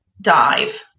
dive